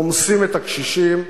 רומסים את הקשישים,